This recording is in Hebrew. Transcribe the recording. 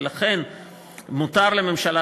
ולכן מותר לממשלה,